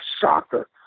soccer